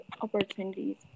opportunities